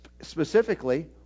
specifically